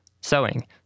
sewing